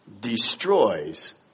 destroys